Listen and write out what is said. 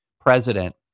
president